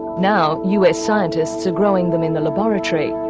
now us scientists are growing them in the laboratory.